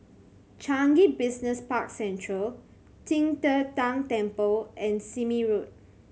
Changi Business Park Central Qing De Tang Temple and Sime Road